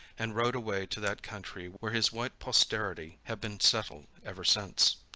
and rode away to that country where his white posterity have been settled ever since.